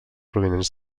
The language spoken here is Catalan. provinents